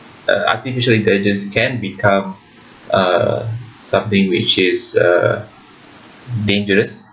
uh artificial intelligence can become uh something which is uh dangerous